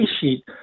sheet